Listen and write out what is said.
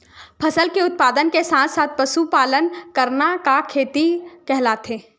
फसल के उत्पादन के साथ साथ पशुपालन करना का खेती कहलाथे?